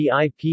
VIP